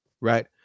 right